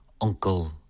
uncle